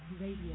Radio